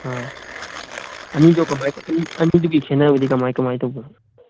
ꯑꯥ ꯑꯅꯤꯗꯣ ꯀꯃꯥꯏ ꯑꯅꯤꯗꯨꯒꯤ ꯈꯦꯅꯕꯗꯤ ꯀꯃꯥꯏ ꯀꯃꯥꯏ ꯇꯧꯕ